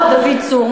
דוד צור,